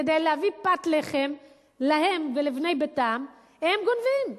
כדי להביא פת לחם להם ולבני ביתם, הם גונבים.